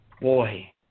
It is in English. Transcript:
boy